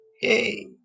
Hey